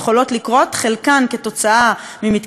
חלקן כתוצאה ממתקפת טילים,